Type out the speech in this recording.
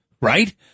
right